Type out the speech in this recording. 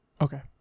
okay